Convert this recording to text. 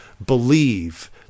Believe